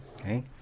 Okay